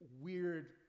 weird